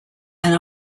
and